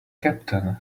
captain